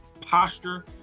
posture